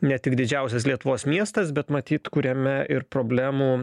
ne tik didžiausias lietuvos miestas bet matyt kuriame ir problemų